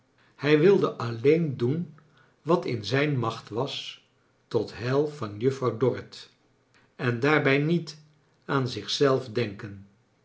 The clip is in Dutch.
hij wilde alleen doen wat in zijn macht was tot heil van juffrouw dorrit en daarbij niet aan zich zelf denken